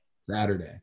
Saturday